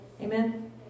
Amen